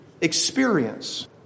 experience